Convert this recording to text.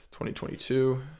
2022